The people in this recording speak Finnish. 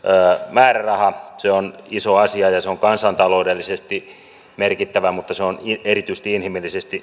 määräraha se on iso asia ja se on kansantaloudellisesti merkittävä mutta se on erityisesti inhimillisesti